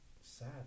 sad